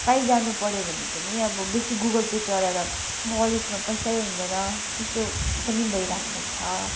कहीँ जानुपऱ्यो भने पनि अब बेसी गुगल पे चलाएर वालेटमा पैसै हुँदैन त्यस्तो पनि भइरहेको छ